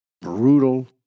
brutal